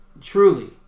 truly